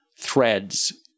threads